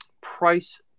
price